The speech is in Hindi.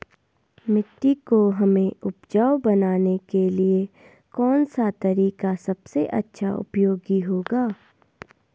मिट्टी को हमें उपजाऊ बनाने के लिए कौन सा तरीका सबसे अच्छा उपयोगी होगा?